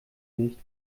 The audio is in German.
nicht